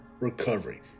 recovery